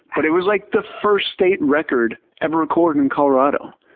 but it was like the first state record ever recorded in colorado.